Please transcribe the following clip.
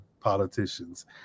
politicians